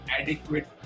adequate